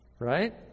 right